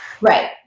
Right